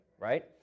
right